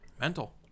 Mental